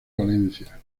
valencia